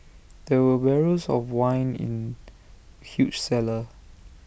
there were of wine in huge cellar